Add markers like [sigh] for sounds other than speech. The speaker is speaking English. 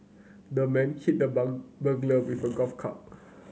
the man hit the [unintelligible] burglar with a golf club